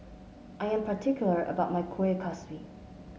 I am particular about my Kueh Kaswi